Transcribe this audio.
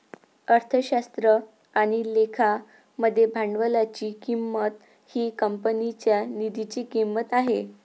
अर्थशास्त्र आणि लेखा मध्ये भांडवलाची किंमत ही कंपनीच्या निधीची किंमत आहे